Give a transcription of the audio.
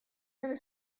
binne